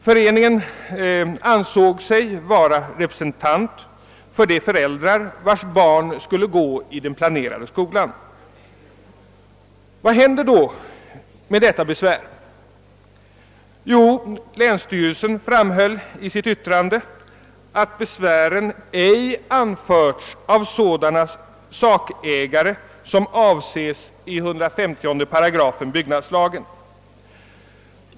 Föreningen ansåg sig vara representant för de föräldrar vilkas barn skulle gå i den planerade skolan. Vad händer då med denna besvärsskrivelse? Jo, länsstyrelsen framhöll i sitt yttrande att besvären ej anförts av sådana sakägare som avses i 150 8 byggnadslagen.